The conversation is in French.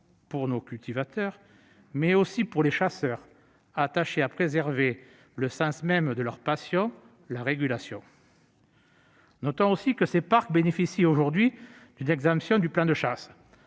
pour nos cultivateurs, mais aussi pour les chasseurs attachés à préserver le sens même de leur passion, à savoir la régulation. Notons aussi que ces parcs bénéficient aujourd'hui d'une exemption de plan de chasse.